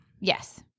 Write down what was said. Yes